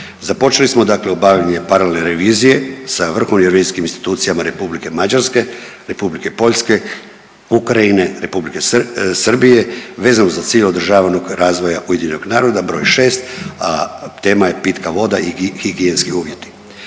Započeli smo dakle obavljanje paralelne revizije sa vrhovnim revizorskim institucijama Republike Mađarske, Republike Poljske, Ukrajine, Republike Srbije vezano za cilj održavanog razvoja UN-a br. 6, a tema je pitka voda i higijenski uvjeti.